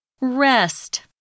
Rest